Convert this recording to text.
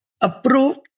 approved